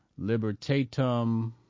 libertatum